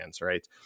right